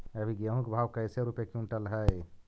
अभी गेहूं के भाव कैसे रूपये क्विंटल हई?